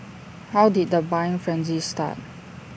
how did the buying frenzy start